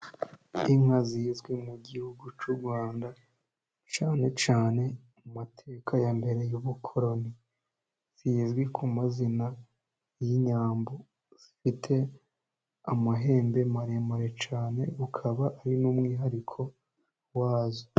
Inka zizwi mu gihugu cy'u Rwanda cyane cyane mu mateka ya mbere y'ubukoroni, zizwi ku mazina y'inyambo. Zifite amahembe maremare cyane, ukaba ari n'umwihariko wazo.